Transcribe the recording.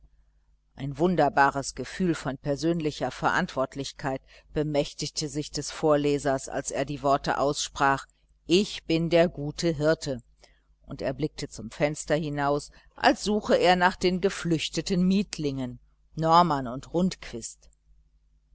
ein wunderbares gefühl von persönlicher verantwortlichkeit bemächtigte sich des vorlesers als er die worte aussprach ich bin der gute hirte und er blickte zum fenster hinaus als suche er nach den geflüchteten mietlingen norman und